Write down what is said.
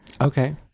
okay